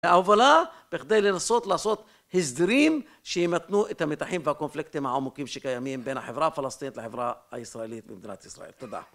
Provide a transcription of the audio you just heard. ההובלה, בכדי לנסות לעשות הסדרים, שימתנו את המתחים והקונפלקטים העמוקים, שקיימים בין החברה הפלסטינית לחברה הישראלית במדינת ישראל. תודה.